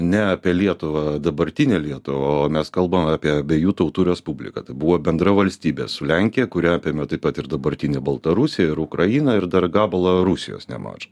ne apie lietuvą dabartinę lietuvą o mes kalbam apie abiejų tautų respubliką tai buvo bendra valstybė su lenkija kuri apėmė taip pat ir dabartinę baltarusiją ir ukrainą ir dar gabalą rusijos nemažą